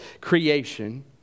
creation